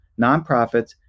nonprofits